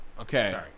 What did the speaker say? Okay